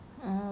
oh